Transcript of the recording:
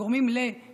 הם גורמים לאלימות,